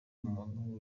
umuntu